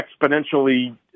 exponentially